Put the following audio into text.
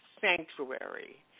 Sanctuary